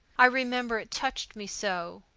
i remember it touched me so.